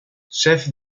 chef